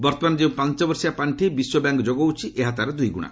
ବର୍ତ୍ତମାନ ଯେଉଁ ପାଞ୍ଚବର୍ଷିଆ ପାଖି ବିଶ୍ୱ ବ୍ୟାଙ୍କ୍ ଯୋଗାଉଛି ଏହା ତାର ଦୁଇଗୁଣା